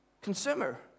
consumer